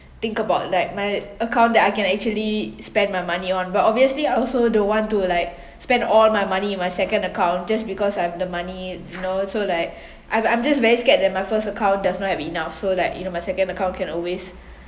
think about like my account that I can actually spend my money on but obviously I also don't want to like spend all my money in my second account just because I have the money you know so like I'm I'm just very scared that my first account does not have enough so like you know my second account can always